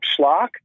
schlock